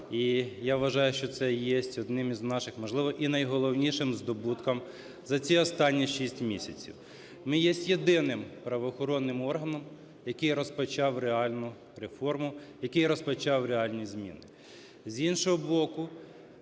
І я вважаю, що це є одним із наших, можливо, і найголовнішим здобутком за ці останні 6 місяців. Ми є єдиним правоохоронним органом, який розпочав реальну реформу, який розпочав реальні зміни.